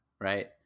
right